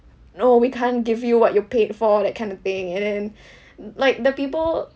no we can't give you what you paid for that kind of thing and then like the people